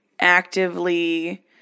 actively